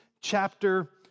chapter